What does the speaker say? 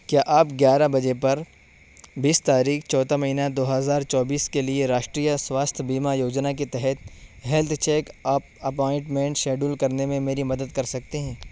کیا آپ گیارہ بجے پر بیس تاریخ چوتھا مہینہ دو ہزار چوبیس کے لیے راشٹریہ سواستھ بیمہ یوجنا کے تحت health check up appointment schedule کرنے میں میری مدد کر سکتے ہیں